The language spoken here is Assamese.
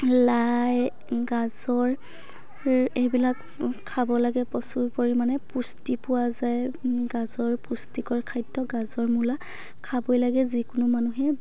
লাই গাজৰ সেই এইবিলাক খাব লাগে প্ৰচুৰ পৰিমাণে পুষ্টি পোৱা যায় গাজৰ পুষ্টিকৰ খাদ্য় গাজৰ মূলা খাবই লাগে যিকোনো মানুহে